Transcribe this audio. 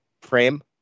frame